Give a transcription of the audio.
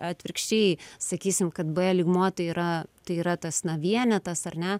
atvirkščiai sakysim kad b lygmuo tai yra tai yra tas na vienetas ar ne